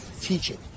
Teaching